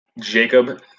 Jacob